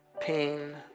pain